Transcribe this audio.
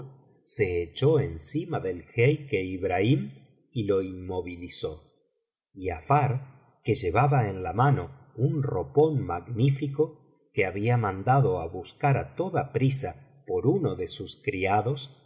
se echó encima del jeique ibrahim y lo inmovilizó giafar que llevaba en la mano un ropón magnifico que había mandado á buscar á toda prisa por uno de sus criados se